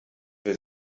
für